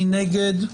מי נגד?